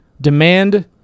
Demand